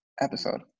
episode